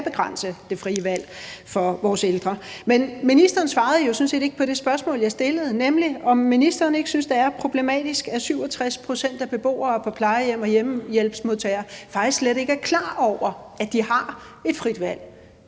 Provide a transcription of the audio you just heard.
begrænse det frie valg for vores ældre. Men ministeren svarede jo sådan set ikke på det spørgsmål, jeg stillede, nemlig om ministeren ikke synes, det er problematisk, at 67 pct. af beboerne på plejehjem og hjemmehjælpsmodtagerne faktisk slet ikke er klar over, at de har et frit valg.